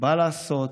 באה לעשות.